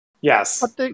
Yes